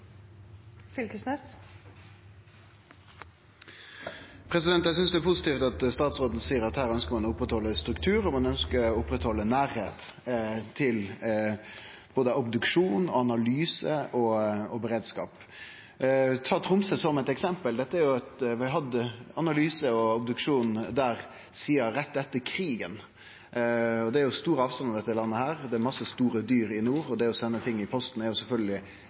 Eg synest det er positivt at statsråden seier at ein ønskjer å halde oppe strukturen, og at ein ønskjer å halde oppe nærleiken med omsyn til både obduksjon, analyse og beredskap. Ta Tromsø som eit eksempel: Vi har hatt analyse og obduksjon der sidan rett etter krigen. Det er store avstandar i dette landet, det er mange store dyr i nord, og skal ein sende dei med posten